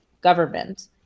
government